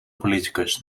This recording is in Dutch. politicus